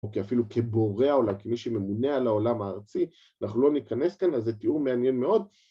אוקיי, אפילו כבורא העולם, כמי שממונה על העולם הארצי, אנחנו לא ניכנס כאן, אז זה תיאור מעניין מאוד.